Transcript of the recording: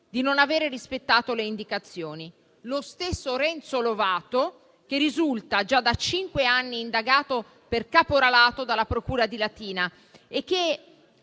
di non avere rispettato le indicazioni. Lo stesso Renzo Lovato risulta già da cinque anni indagato per caporalato dalla procura di Latina, che